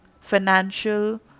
financial